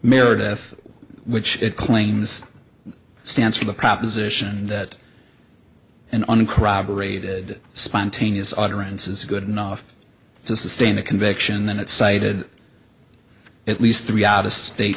meredith which it claims stands for the proposition that an uncorroborated spontaneous utterance is good enough to sustain a conviction then it cited at least three out of state